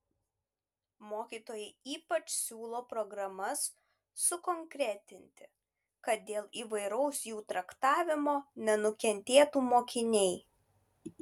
mokytojai ypač siūlo programas sukonkretinti kad dėl įvairaus jų traktavimo nenukentėtų mokiniai